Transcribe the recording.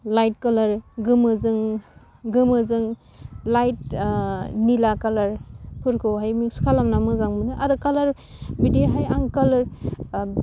light colour गोमोजों गोमोजों light निला कालारफोरखौहाय मिक्स खालामना मोजां मोनो आरो कालार बिदिहाय आं कालार